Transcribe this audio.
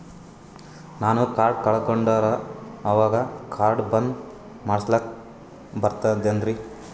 ನಾನು ಕಾರ್ಡ್ ಕಳಕೊಂಡರ ಅವಾಗ ಕಾರ್ಡ್ ಬಂದ್ ಮಾಡಸ್ಲಾಕ ಬರ್ತದೇನ್ರಿ?